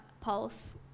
pulse